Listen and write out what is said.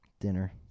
Dinner